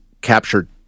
captured